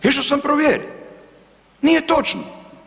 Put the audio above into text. Išo sam provjerit, nije točno.